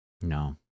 No